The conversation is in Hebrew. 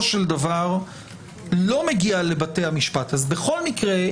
של דבר לא מגיע לבתי המשפט אז בכל מקרה,